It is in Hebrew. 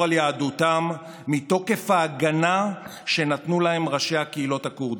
על יהדותם מתוקף ההגנה שנתנו להם ראשי הקהילות הכורדיות.